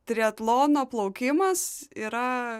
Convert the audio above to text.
triatlono plaukimas yra